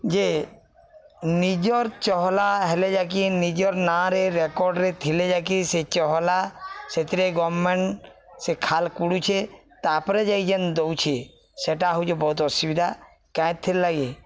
ଯେ ନିଜର୍ ଚହଲା ହେଲେ ଯାକି ନିଜର୍ ନାଁରେ ରେକର୍ଡ଼ରେ ଥିଲେ ଯାକି ସେ ଚହଲା ସେଥିରେ ଗମେଣ୍ଟ ସେ ଖାଲ୍ କୁଡ଼ୁଛେ ତା'ପରେ ଯାଇ ଯେନ୍ ଦଉଛେ ସେଟା ହଉଚେ ବହୁତ ଅସୁବିଧା କାଁଇଁଥିର୍ ଲାଗି